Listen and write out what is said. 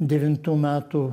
devintų metų